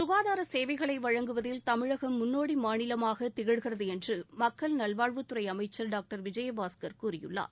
க்காதார சேவைகளை வழங்குவதில் தமிழகம் முன்னோடி மாநிலமாக திகழ்கிறது என்று மக்கள் நல்வாழ்வுத்துறை அமைச்சர் டாக்டர் விஜயபாஸ்கர் கூறியுள்ளார்